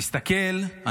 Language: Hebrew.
תסתכל,